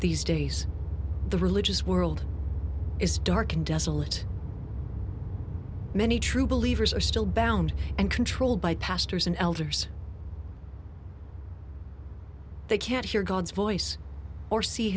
these days the religious world is dark and desolate many true believers are still bound and controlled by pastors and elders they can't hear god's voice or see